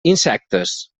insectes